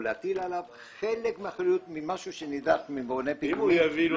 להטיל עליו חלק מן האחריות שנדרשת מבונה פיגומים.